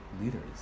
leaders